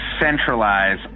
centralize